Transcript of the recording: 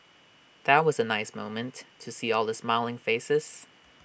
that was A nice moment to see all the smiling faces